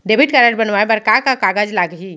Debit card बनवाये बर का का कागज लागही?